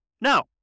Now